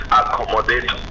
accommodate